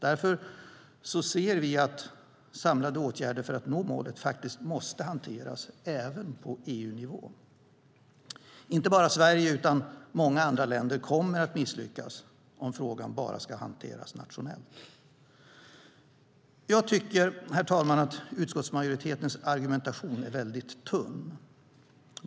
Därför ser vi att samlade åtgärder för att nå målet måste hanteras även på EU-nivå. Inte bara Sverige utan också många andra länder kommer att misslyckas om frågan bara ska hanteras nationellt. Jag tycker, herr talman, att utskottsmajoritetens argumentation är väldigt tunn.